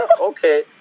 okay